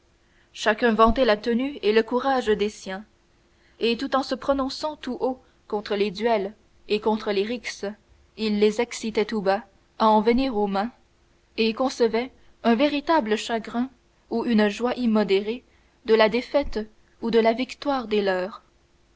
chacun vantait la tenue et le courage des siens et tout en se prononçant tout haut contre les duels et contre les rixes ils les excitaient tout bas à en venir aux mains et concevaient un véritable chagrin ou une joie immodérée de la défaite ou de la victoire des leurs